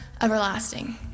everlasting